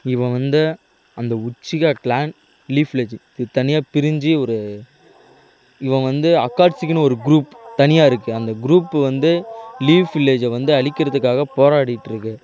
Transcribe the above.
இவன் வந்து அந்த உச்சிகா க்ளான் லீஃப் வில்லேஜ்ஜு இது தனியாக பிரிஞ்சு ஒரு இவன் வந்து அக்காட்சிக்குன்னு ஒரு குரூப் தனியாக இருக்குது அந்த குரூப்பு வந்து லீப் வில்லேஜ்ஜை வந்து அழிக்கிறதுக்காக போராடிட்டு இருக்குது